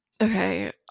okay